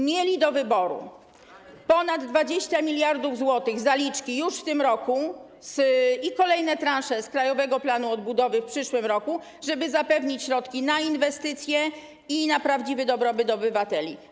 Mieli do wyboru ponad 20 mld zł zaliczki już w tym roku i kolejne transze z Krajowego Planu Odbudowy w przyszłym roku, żeby zapewnić środki na inwestycje i na prawdziwy dobrobyt obywateli.